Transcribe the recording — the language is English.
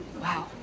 Wow